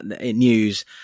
news